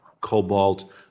cobalt